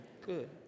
good